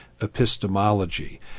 epistemology